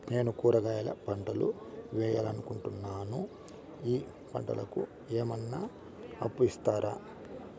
నేను కూరగాయల పంటలు వేయాలనుకుంటున్నాను, ఈ పంటలకు ఏమన్నా అప్పు ఇస్తారా?